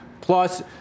plus –